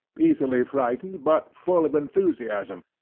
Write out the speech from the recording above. easily frightened but full of enthusiasm,